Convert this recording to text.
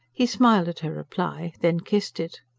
he smiled at her reply then kissed it.